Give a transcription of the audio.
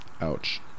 ouch